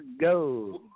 go